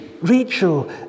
Rachel